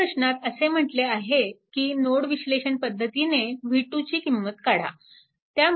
ह्या प्रश्नात असे म्हटले आहे की नोड विश्लेषण पद्धतीने v2 ची किंमत काढा